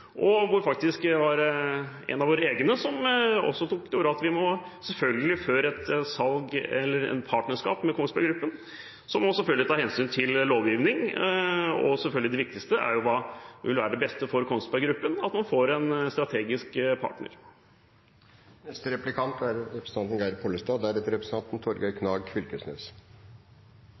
hvor faktisk en av våre egne også tok til orde for at vi før et salg eller et partnerskap med hensyn til Kongsberg Gruppen selvfølgelig må ta hensyn til lovgivning. Og selvfølgelig, det viktigste er hva som vil være det beste for Kongsberg Gruppen i forhold til å få en strategisk partner.